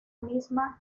misma